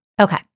Okay